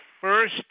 first